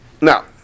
Now